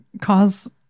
cause